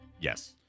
Yes